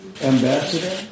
Ambassador